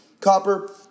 Copper